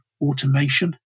automation